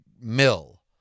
mill